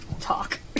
talk